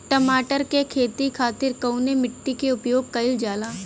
टमाटर क खेती खातिर कवने मिट्टी के उपयोग कइलजाला?